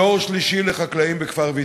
דור שלישי לחקלאים בכפר-ויתקין.